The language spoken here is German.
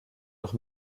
noch